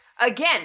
Again